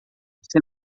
você